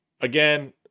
again